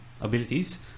abilities